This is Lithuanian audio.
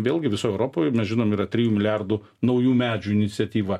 vėlgi visoj europoj mes žinom yra trijų milijardų naujų medžių iniciatyva